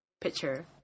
picture